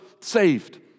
saved